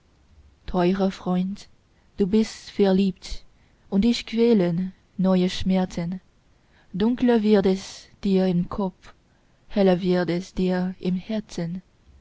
teurer freund du bist verliebt und dich quälen neue schmerzen dunkler wird es dir im kopf heller wird es dir im herzen